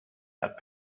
had